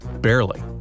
barely